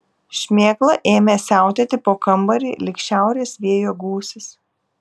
šmėkla ėmė siautėti po kambarį lyg šiaurės vėjo gūsis